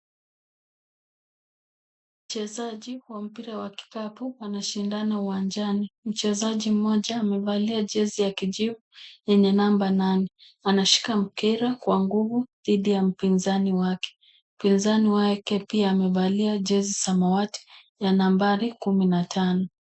Wachezaji wa mpira wa kikapu wanashindana uwanjani. Mchezaji mmoja amevalia jezi ya kijivu yenye namba nane. Anashika mpira kwa nguvu dhidi ya mpinzani wake. Mpinzani wake pia amevalia jezi samawati ya nambari kumi na tano.